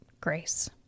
grace